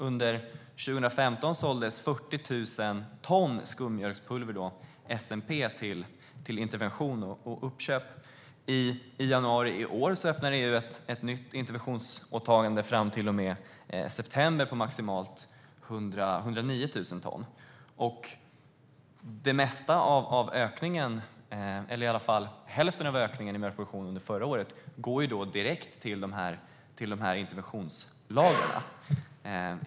Under 2015 såldes 40 000 ton skummjölkspulver, SMP, till intervention och uppköp. I januari i år öppnar EU ett nytt interventionsåtagande fram till och med september på maximalt 109 000 ton. Det mesta, eller i alla fall hälften, av ökningen av mjölkproduktionen under förra året går direkt till interventionslagren.